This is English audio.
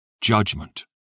judgment